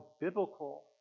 biblical